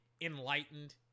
enlightened